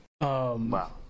wow